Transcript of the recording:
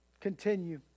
Continue